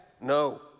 no